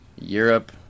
Europe